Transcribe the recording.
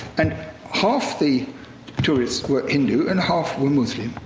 and half the tourists were hindu and half were muslim.